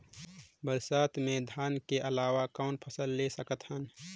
बरसात मे धान के अलावा कौन फसल ले सकत हन?